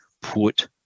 put